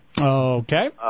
Okay